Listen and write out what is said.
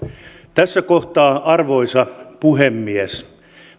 tässä kohtaa arvoisa puhemies